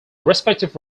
respective